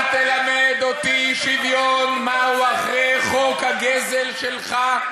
אל תלמד אותי שוויון מהו אחרי חוק הגזל שלך.